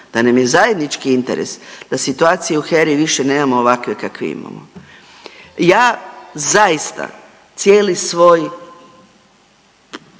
da nam je zajednički interes da situacije u HERA-i više nemamo ovakve kakve imamo. Ja zaista cijeli svoj,